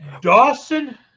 Dawson